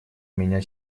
меня